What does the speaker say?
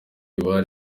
buhari